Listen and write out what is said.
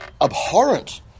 abhorrent